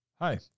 Hi